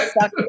suck